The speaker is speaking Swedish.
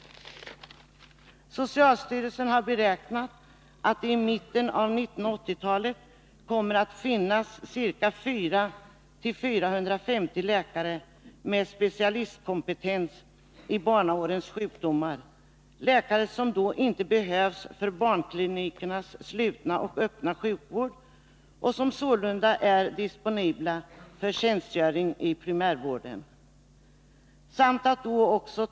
Socialstyrelsen har beräknat att det i mitten av 1980-talet kommer att finnas 400-450 läkare med specialistkompetens i barnaårens sjukdomar. Dessa läkare behövs inte för barnklinikernas slutna och öppna sjukvård och är sålunda disponibla för tjänstgöring i primärvården.